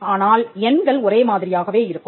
ஆனால் எண்கள் ஒரே மாதிரியாகவே இருக்கும்